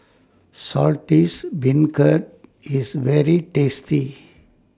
Saltish Beancurd IS very tasty